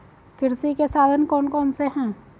कृषि के साधन कौन कौन से हैं?